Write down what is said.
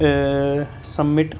summit